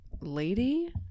lady